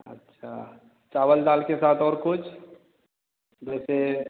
अच्छा चावल दाल के साथ और कुछ जैसे